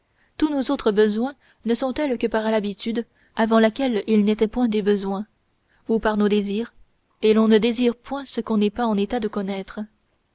tous nos autres besoins ne sont tels que par l'habitude avant laquelle ils n'étaient point des besoins ou par nos désirs et l'on ne désire point ce qu'on n'est pas en état de connaître